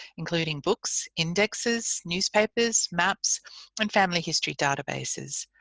including books, indexes, newspapers, maps and family history databases.